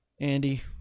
Andy